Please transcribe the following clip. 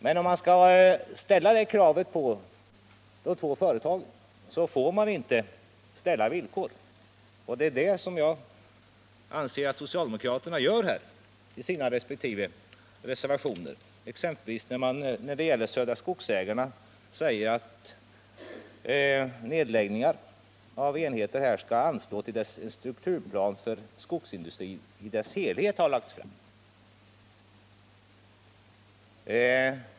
Men skall man kunna ställa de kraven på företagen får man inte ställa 143 villkor. Det anser jag att socialdemokraterna gör i sina reservationer. När det gäller Södra Skogsägarna säger man att nedläggningar av enheter skall anstå till dess en strukturplan för skogsindustrin i dess helhet har lagts fram.